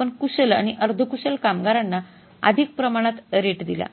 आपण कुशल आणि अर्धकुशल कामगारांना अधिक प्रमाणात रेट दिला